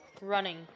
Running